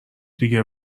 دیگه